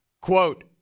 Quote